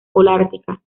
holártica